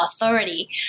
authority